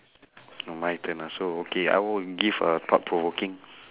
my turn ah so okay I will give a thought provoking